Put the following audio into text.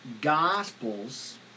gospels